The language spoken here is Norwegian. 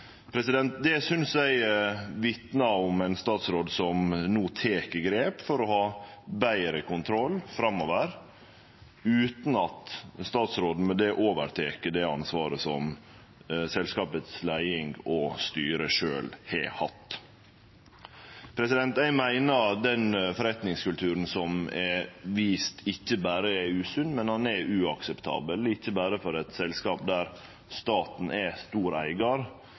Det synest eg vitnar om ein statsråd som no tek grep for å ha betre kontroll framover, utan at statsråden med det tek over det ansvaret som leiinga i selskapet og styret sjølv har hatt. Eg meiner den forretningskulturen som er vist, ikkje berre er usunn, men han er uakseptabel, ikkje berre for eit selskap der staten er ein stor eigar,